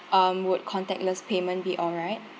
um would contactless payment be alright